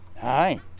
Hi